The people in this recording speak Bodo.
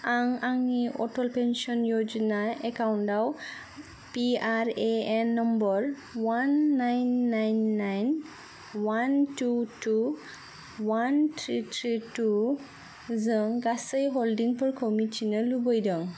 आं आंनि अटल पेन्सन य'जना एकाउन्टआव P R A N number one nine nine nine one two two one three three three two जों गासै हल्डिंफोरखौ मिथिनो लुबैदों